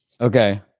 Okay